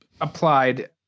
applied